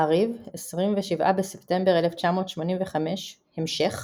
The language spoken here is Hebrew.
מעריב, 27 בספטמבר 1985; המשך